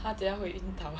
她等下会晕倒